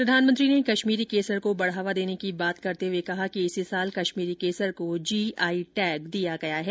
प्रधानमंत्री ने कश्मीरी केसर को बढ़ावा देने की बात करते हुए कहा कि इसी साल कश्मीरी केसर को जीआई टैग दिया गया है